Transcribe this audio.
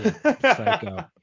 Psycho